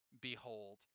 behold